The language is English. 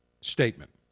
statement